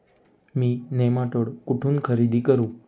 मी nematode कुठून खरेदी करू?